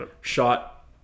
shot